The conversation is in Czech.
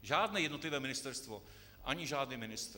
Žádné jednotlivé ministerstvo ani žádný ministr.